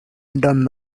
done